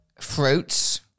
fruits